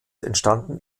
entstanden